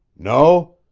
no?